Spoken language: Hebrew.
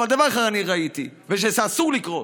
אבל דבר אחד אני ראיתי, ואסור שיקרה: